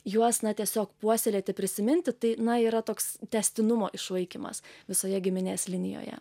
juos na tiesiog puoselėti prisiminti tai na yra toks tęstinumo išlaikymas visoje giminės linijoje